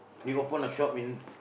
he open a shop in